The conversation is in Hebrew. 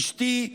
אשתי,